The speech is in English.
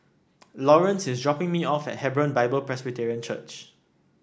Laurence is dropping me off at Hebron Bible Presbyterian Church